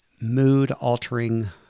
mood-altering